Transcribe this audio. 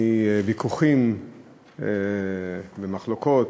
מוויכוחים ומחלוקות,